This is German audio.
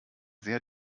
sehr